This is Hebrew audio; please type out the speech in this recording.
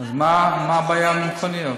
אז מה הבעיה עם המכוניות?